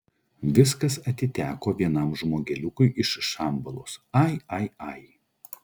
viskas atiteko vienam žmogeliukui iš šambalos ai ai ai